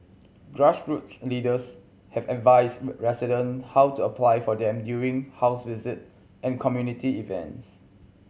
grassroots leaders have advised resident how to apply for them during house visits and community events